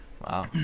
Wow